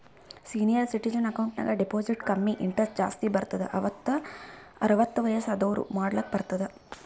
senior citizen account ನಾಗ್ deposit ಕಮ್ಮಿ interest ಜಾಸ್ತಿ ಬರ್ತುದ್ ಅರ್ವತ್ತ್ ವಯಸ್ಸ್ ಆದೂರ್ ಮಾಡ್ಲಾಕ ಬರ್ತುದ್